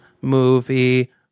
movie